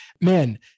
man